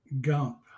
Gump